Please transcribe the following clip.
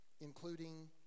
including